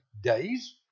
days